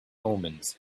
omens